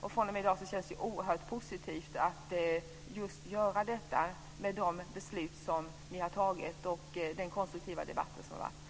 Och fr.o.m. i dag känns det oerhört positivt att göra det med de beslut som ni har fattat och den konstruktiva debatt som har förts.